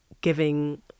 giving